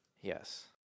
Yes